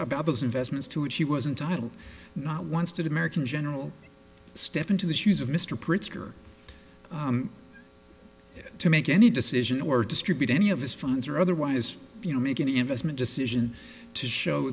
about his investments to which she wasn't titled not once did american general step into the shoes of mr pritzker to make any decision or distribute any of his funds or otherwise you know make an investment decision to show